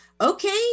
okay